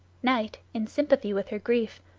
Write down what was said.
night, in sympathy with her grief,